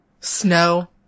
Snow